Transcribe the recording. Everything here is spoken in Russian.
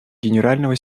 генерального